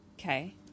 okay